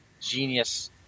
genius